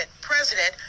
President